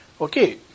Okay